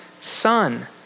son